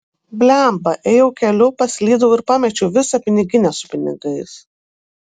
blemba ėjau keliu paslydau ir pamečiau visą piniginę su pinigais